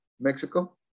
Mexico